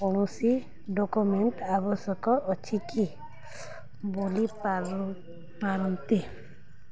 କୌଣସି ଡକୁମେଣ୍ଟ ଆବଶ୍ୟକ ଅଛି କି ବୋଲି ପାରୁ ପାରନ୍ତି